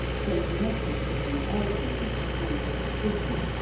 sent a message to them urging them to come to a decision.